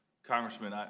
congressman,